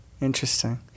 Interesting